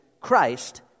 Christ